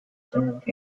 served